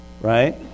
Right